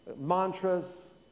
mantras